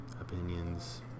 Opinions